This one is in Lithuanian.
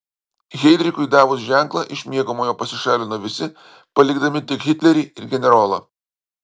heidrichui davus ženklą iš miegamojo pasišalino visi palikdami tik hitlerį ir generolą